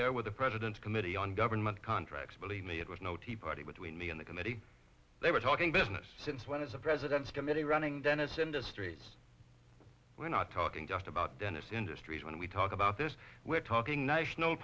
there with the president's committee on government contracts believe me it was no tea party between me and the committee they were talking business since one of the president's committee running dennis industries we're not talking just about dennis industries when we talk about this we're talking national